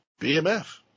BMF